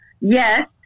yes